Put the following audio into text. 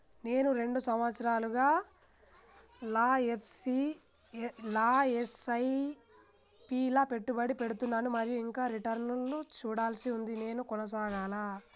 నేను రెండు సంవత్సరాలుగా ల ఎస్.ఐ.పి లా పెట్టుబడి పెడుతున్నాను మరియు ఇంకా రిటర్న్ లు చూడాల్సి ఉంది నేను కొనసాగాలా?